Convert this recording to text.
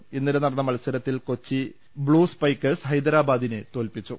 ്ഇന്നലെ നടന്ന മത്സരത്തിൽ കൊച്ചി ബ്ലൂസ്പൈക്കേഴ്സ് ഹൈദരാബാദിനെ തോൽപ്പിച്ചു